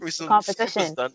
competition